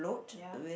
ya